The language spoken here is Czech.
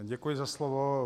Děkuji za slovo.